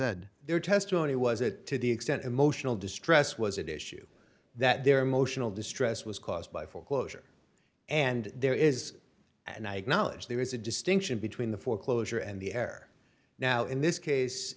said their testimony was it to the extent emotional distress was at issue that their emotional distress was caused by foreclosure and there is and i acknowledge there is a distinction between the foreclosure and the air now in this case